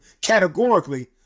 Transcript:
categorically